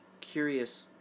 curious